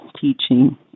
teaching